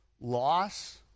loss